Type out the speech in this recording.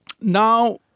Now